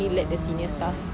ah